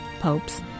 popes